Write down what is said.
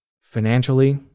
financially